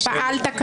שפעלת כשורה.